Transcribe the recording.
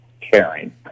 caring